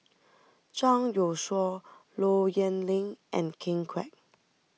Zhang Youshuo Low Yen Ling and Ken Kwek